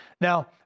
Now